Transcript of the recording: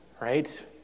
right